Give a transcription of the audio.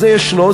זה ישנו,